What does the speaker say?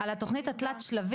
תסתכלי על התוכנית שלכם התלת שלבית.